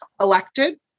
elected